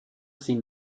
sie